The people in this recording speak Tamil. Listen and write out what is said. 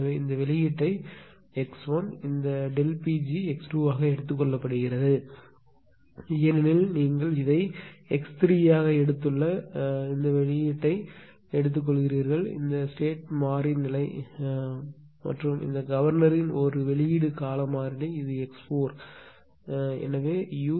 எனவே இந்த வெளியீட்டை x1 இந்த Pg x2 ஆக எடுத்துக் கொள்ளப்படுகிறது ஏனெனில் நீங்கள் இதை x3 ஆக எடுத்துள்ள இந்த வெளியீட்டை எடுத்துக் கொள்ளப்படுகிறது இந்த ஸ்டேட் மாறி நிலை மற்றும் இந்த கவர்னரின் ஒரு வெளியீடு கால மாறிலி இது x4 எனவே u